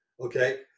Okay